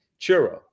churro